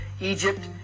Egypt